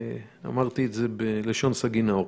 אמרתי זאת בלשון סגי נהור.